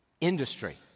industry